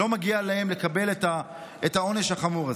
20%, לא מגיע לקבל את העונש החמור הזה.